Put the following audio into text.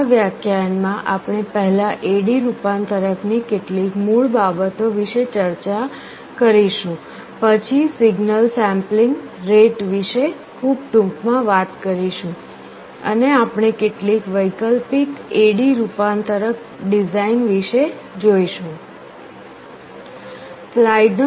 આ વ્યાખ્યાનમાં આપણે પહેલા AD રૂપાંતરક ની કેટલીક મૂળ બાબતો વિશે વાત કરીશું પછી સિગ્નલ સેમ્પલિંગ રેટ વિશે ખૂબ ટૂંકમાં વાત કરીશું અને આપણે કેટલીક વૈકલ્પિક AD રૂપાંતરક ડિઝાઇન વિશે જોઈશું